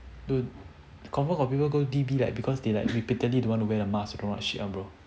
dude confirm got people go D_B like because they like repeatedly don't wanna wear a mask or don't know what shit ah bro